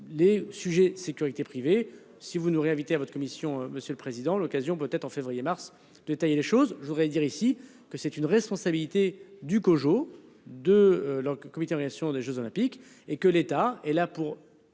les sujets sécurité privée si vous nous réinvité à votre commission. Monsieur le président, l'occasion peut-être en février mars 2. Tailler les choses, je voudrais dire ici que c'est une responsabilité du COJO de leur comité réaction des Jeux olympiques et que l'État est là pour